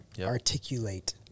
articulate